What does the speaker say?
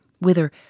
whither